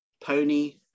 Pony